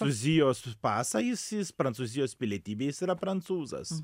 cūzijos pasą jis jis prancūzijos pilietybę jis yra prancūzas